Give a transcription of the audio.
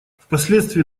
впоследствии